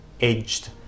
edged